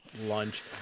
lunch